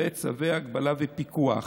וצווי הגבלה ופיקוח.